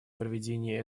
проведения